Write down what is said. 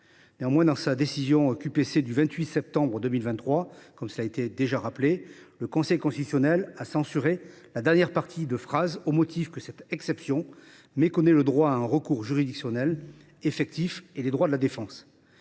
Néanmoins, dans sa décision du 28 septembre 2023, déjà évoquée, le Conseil constitutionnel a censuré la dernière partie de phrase, au motif que cette exception méconnaissait le droit à un recours juridictionnel effectif et les droits de la défense.